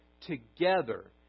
together